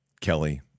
Kelly